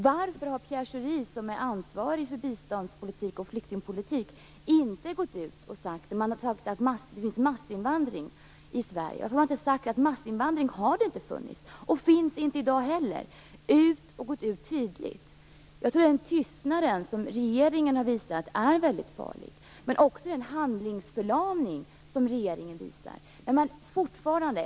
Varför har Pierre Schori, som är ansvarig för biståndspolitik och flyktingpolitik, inte gått ut och bemött påståendet om att det sker en massinvandring till Sverige? Varför har man inte sagt att det inte har funnits massinvandring och att det inte heller finns någon sådan i dag? Varför har man inte gått ut och sagt detta tydligt? Jag tror att den tystnad som regeringen har visat är väldigt farlig. Den handlingsförlamning som regeringen visar är också farlig.